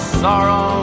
sorrow